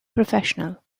professional